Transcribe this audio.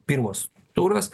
pirmas turas